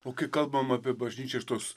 o kai kalbam apie bažnyčią iš tos